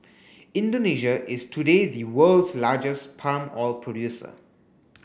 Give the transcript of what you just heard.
Indonesia is today the world's largest palm oil producer